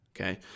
okay